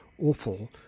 awful